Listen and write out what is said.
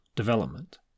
Development